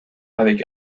avec